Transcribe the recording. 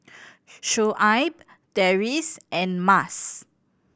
Shoaib Deris and Mas